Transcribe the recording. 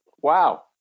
Wow